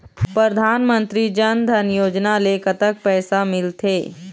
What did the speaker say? परधानमंतरी जन धन योजना ले कतक पैसा मिल थे?